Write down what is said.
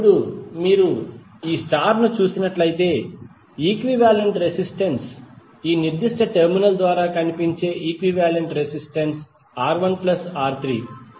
ఇప్పుడు మీరు ఈ స్టార్ ను చూసినట్లయితే ఈక్వివాలెంట్ రెసిస్టెన్స్ ఈ నిర్దిష్ట టెర్మినల్ ద్వారా కనిపించే ఈక్వివాలెంట్ రెసిస్టెన్స్ R1 R3